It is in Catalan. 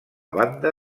banda